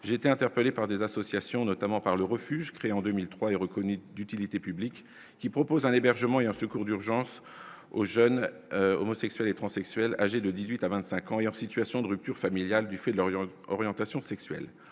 j'ai été interpellé par des associations, notamment par le refuge créé en 2003 et reconnue d'utilité publique qui propose un hébergement et un secours d'urgence aux jeunes homosexuels et transsexuel âgés de 18 à 25 ans, est en situation de rupture familiale, du fait de l'Orient, l'orientation sexuelle,